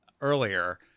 earlier